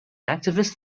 activist